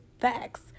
facts